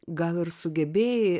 gal ir sugebėjai